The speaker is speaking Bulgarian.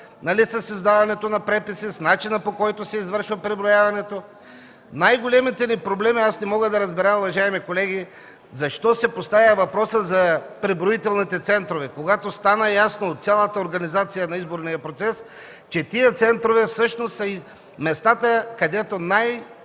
с издаването на преписи, с начина, по който се извършва преброяването. Не мога да разбера, уважаеми колеги, защо се поставя въпросът за преброителните центрове, когато стана ясна цялата организация на изборния процес, че тези центрове всъщност са местата, където